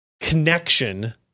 connection